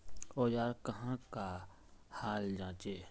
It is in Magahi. औजार कहाँ का हाल जांचें?